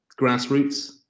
grassroots